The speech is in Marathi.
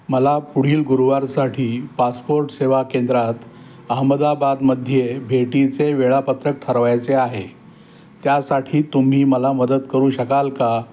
मला पुढील गुरुवारसाठी पासपोर्ट सेवा केंद्रात अहमदाबादमध्ये भेटीचे वेळापत्रक ठरवायचे आहे त्यासाठी तुम्ही मला मदत करू शकाल का